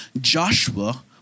Joshua